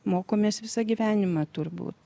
mokomės visą gyvenimą turbūt